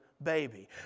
Baby